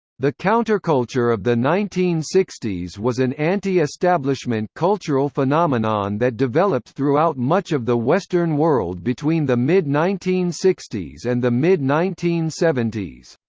the counterculture of the nineteen sixty s was an anti-establishment cultural phenomenon that developed throughout much of the western world between the mid nineteen sixty s and the mid nineteen seventy s.